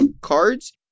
cards